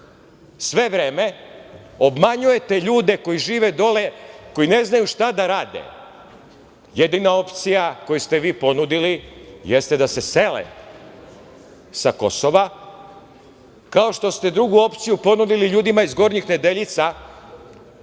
sve vreme, obmanjujete ljude koji žive dole koji ne znaju šta da rade. Jedina opcija, koju ste vi ponudili, jeste da se sele sa Kosova, kao što ste drugu opciju ponudili ljudima iz Gornjih Nedeljica